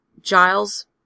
Giles